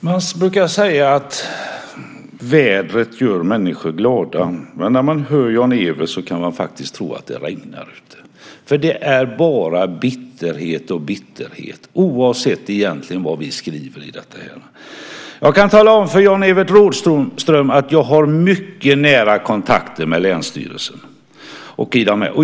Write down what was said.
Herr talman! Man brukar säga att vädret gör människor glada. Men när man hör Jan-Evert kan man faktiskt tro att det regnar ute. Det är bara bitterhet och bitterhet oavsett vad vi skriver i detta ärende. Jan kan tala om för Jan-Evert Rådhström att jag har mycket nära kontakter med länsstyrelserna.